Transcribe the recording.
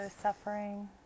suffering